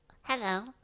hello